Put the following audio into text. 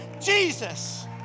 Jesus